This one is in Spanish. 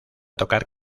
tocar